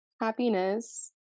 happiness